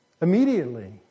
Immediately